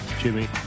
Jimmy